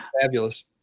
Fabulous